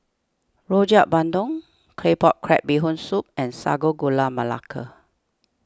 Rojak Bandung Claypot Crab Bee Hoon Soup and Sago Gula Melaka